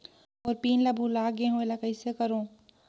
मोर PIN ला भुला गे हो एला कइसे करो?